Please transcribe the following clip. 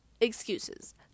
Excuses